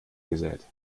gesät